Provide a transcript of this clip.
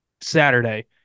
Saturday